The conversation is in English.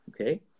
okay